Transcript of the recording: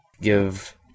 give